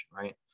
right